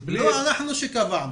לא אנחנו קבענו.